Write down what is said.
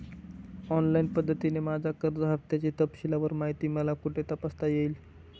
Online पद्धतीने माझ्या कर्ज हफ्त्याची तपशीलवार माहिती मला कुठे तपासता येईल?